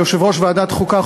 ליושב-ראש ועדת החוקה,